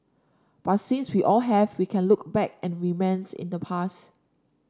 but since we all have we can look back and reminisce in the past